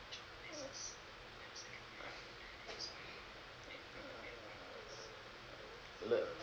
the